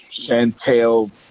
Chantel